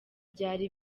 byari